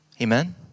Amen